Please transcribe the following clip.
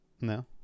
No